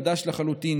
חדש לחלוטין,